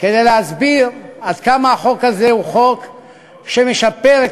כדי להסביר עד כמה החוק הזה הוא חוק שמשפר את